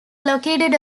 located